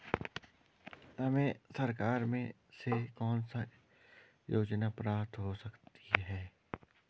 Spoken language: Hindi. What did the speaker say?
हमें सरकार से कौन कौनसी योजनाएँ प्राप्त हो सकती हैं?